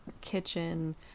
kitchen